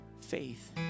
faith